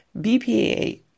bpa